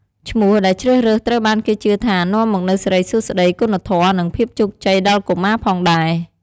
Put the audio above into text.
ឈ្មោះដែលជ្រើសរើស ត្រូវបានគេជឿថា នាំមកនូវសិរីសួស្តី គុណធម៌ និងភាពជោគជ័យដល់កុមារផងដែរ។